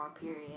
period